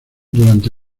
durante